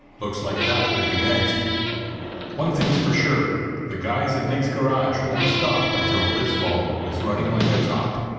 looks like that will be next one thing's for sure the guys at nick's garage won't stop until this volvo is running like a top